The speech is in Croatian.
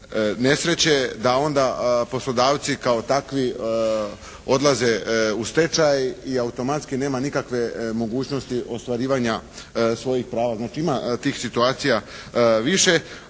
nesreće, da onda poslodavci kao takvi odlaze u stečaj i automatski nema nikakve mogućnosti ostvarivanja svojih prava. Znači ima tih situacija više,